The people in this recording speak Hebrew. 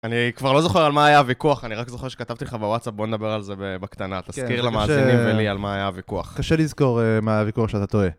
אני כבר לא זוכר על מה היה הוויכוח, אני רק זוכר שכתבתי לך בוואטסאפ, בוא נדבר על זה בקטנה, תזכיר למאזינים ולי על מה היה הוויכוח. קשה לזכור מה הוויכוח שאתה טועה.